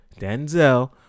Denzel